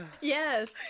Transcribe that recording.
yes